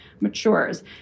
matures